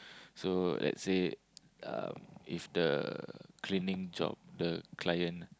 so let's say um if the cleaning job the client